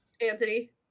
Anthony